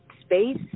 space